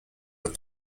with